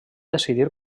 decidir